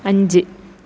അഞ്ച്